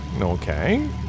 Okay